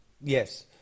Yes